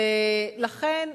ולכן,